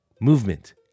Movement